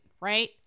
right